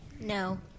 No